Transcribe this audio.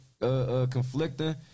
conflicting